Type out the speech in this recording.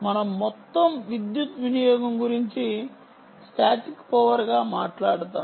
మనం మొత్తం విద్యుత్ వినియోగం గురించి స్టాటిక్ పవర్ గా మాట్లాడుతాము